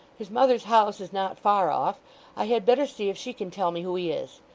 his mother's house is not far off i had better see if she can tell me who he is.